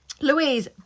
louise